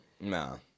No